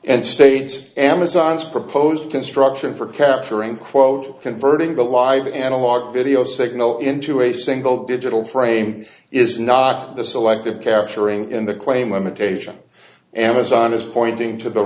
and states amazon's proposed construction for capturing quote converting the live analog video signal into a single digital frame is not the selected capturing in the claim imitation amazon is pointing to the